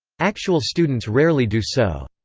actual students rarely do so.